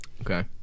Okay